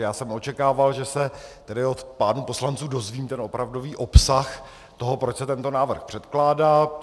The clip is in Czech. Já jsem očekával, že se tady od pánů poslanců dozvím ten opravdový obsah toho, proč se tento návrh předkládá.